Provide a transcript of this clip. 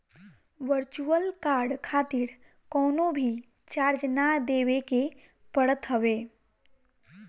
virtual card खातिर कवनो भी चार्ज ना देवे के पड़त हवे